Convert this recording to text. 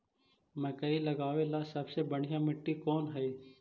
मकई लगावेला सबसे बढ़िया मिट्टी कौन हैइ?